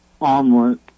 omelet